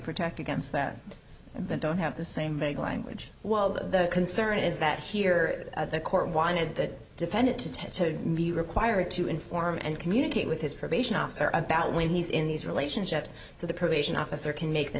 protect against that but don't have the same vague language while the concern is that here the court wanted the defendant to be required to inform and communicate with his probation officer about when he's in these relationships so the probation officer can make the